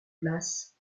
place